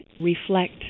reflect